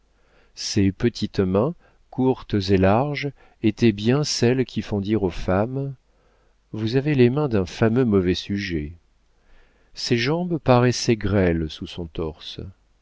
ses petites mains courtes et larges étaient bien celles qui font dire aux femmes vous avez les mains d'un fameux mauvais sujet ses jambes paraissaient grêles sous son torse